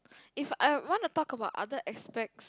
if I wanna talk about other aspects